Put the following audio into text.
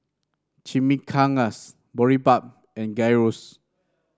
Chimichangas Boribap and Gyros